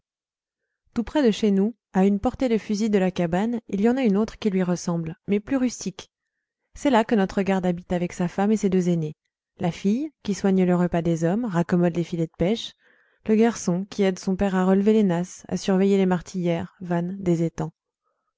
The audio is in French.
tout près de chez nous à une portée de fusil de la cabane il y en a une autre qui lui ressemble mais plus rustique c'est là que notre garde habite avec sa femme et ses deux aînés la fille qui soigne le repas des hommes raccommode les filets de pêche le garçon qui aide son père à relever les nasses à surveiller les martilières vannes des étangs